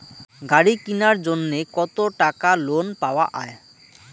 গাড়ি কিনার জন্যে কতো টাকা লোন পাওয়া য়ায়?